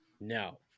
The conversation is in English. No